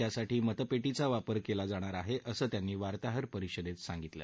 त्यासाठी मतपेटीचा वापर केला जाणार आहे असं त्यांनी वार्ताहर परिषदेत सांगितलं